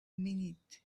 minute